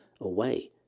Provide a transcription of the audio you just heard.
away